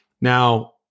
Now